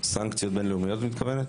סנקציות בינלאומיות את מתכוונת?